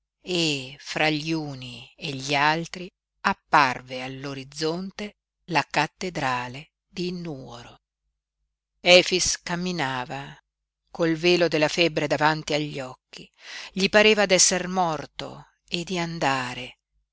e fra gli uni e gli altri apparve all'orizzonte la cattedrale di nuoro efix camminava col velo della febbre davanti agli occhi gli pareva d'esser morto e di andare